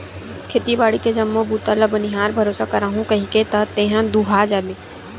खेती बाड़ी के जम्मो बूता ल बनिहार भरोसा कराहूँ कहिके त तेहा दूहा जाबे